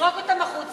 לזרוק אותם החוצה,